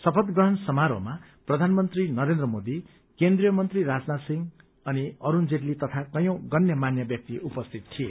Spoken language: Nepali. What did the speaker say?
शपथ ग्रहण समारोहमा प्रधानमन्त्री नरेन्द्र मोदी केन्द्रीय मन्त्री राजनाय सिंह अनि अरूण जेटली तथा कयौं गण्यमान्य व्यक्ति उपस्थित थिए